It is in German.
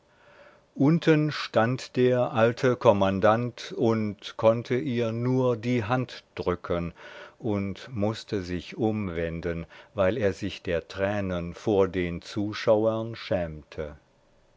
unten stand der alte kommandant und konnte ihr nur die hand drücken und mußte sich umwenden weil er sich der tränen vor den zuschauern schämte